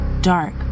dark